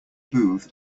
booth